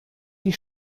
die